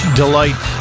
delight